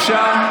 אפשר?